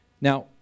Now